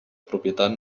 propietat